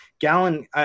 Gallon